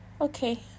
Okay